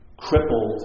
crippled